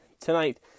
tonight